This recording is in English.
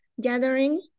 gathering